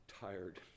tired